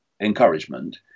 encouragement